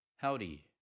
Howdy